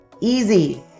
easy